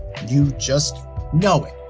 you just know it.